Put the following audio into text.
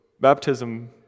baptism